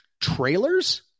trailers